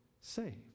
saved